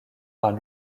par